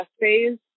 phase